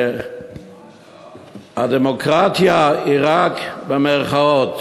שהדמוקרטיה היא רק במירכאות.